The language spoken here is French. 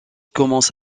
commence